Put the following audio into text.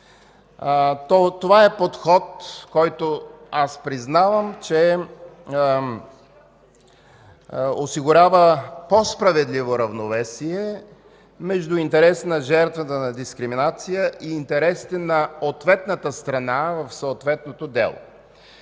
Това е подход, който аз признавам, че осигурява по-справедливо равновесие между интересите на жертвите на дискриминация и интересите на ответната страна в съответното дело.